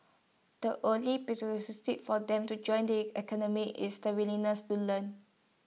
the only for them to join the academy is the willingness to learn